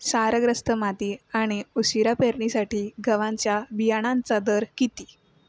क्षारग्रस्त माती आणि उशिरा पेरणीसाठी गव्हाच्या बियाण्यांचा दर किती?